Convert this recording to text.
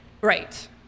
Right